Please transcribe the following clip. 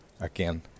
again